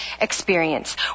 experience